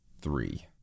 three